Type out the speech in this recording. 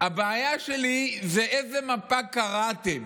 הבעיה שלי היא איזו מפה קראתם.